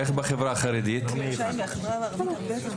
האם בחברה החרדית זה גם